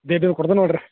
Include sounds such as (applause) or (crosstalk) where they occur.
(unintelligible) ಕೊಡ್ತೀನಿ ನೋಡ್ರಿ